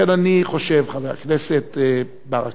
לכן אני חושב, חבר הכנסת ברכה,